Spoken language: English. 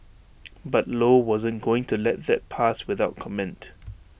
but low wasn't going to let that pass without comment